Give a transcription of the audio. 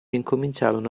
incominciarono